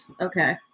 Okay